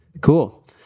Cool